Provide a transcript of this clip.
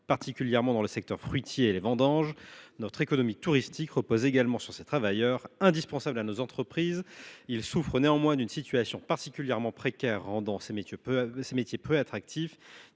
particulièrement dans les secteurs fruitiers et les vendanges. Notre économie touristique repose également sur ces travailleurs indispensables à nos entreprises. Ceux ci souffrent néanmoins d’une situation particulièrement précaire, ce qui rend ces métiers peu attractifs